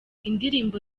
indirimbo